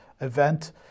event